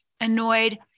annoyed